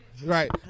Right